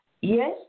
Yes